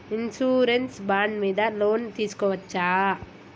Insurance bond మీద loan తీస్కొవచ్చా?